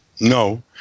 no